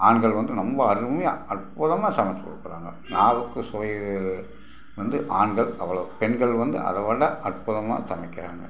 ஆண்கள் வந்து ரொம்ப அருமையாக அற்புதமாக சமைத்து கொடுக்குறாங்க நாவுக்குச் சுவை வந்து ஆண்கள் அவ்வளோ பெண்கள் வந்து அதைவிட அற்புதமாக சமைக்கிறாங்க